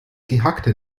gehackte